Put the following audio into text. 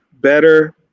better